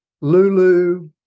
Lulu